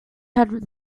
head